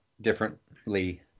differently